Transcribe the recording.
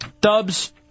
Dubs